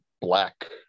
black